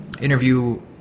interview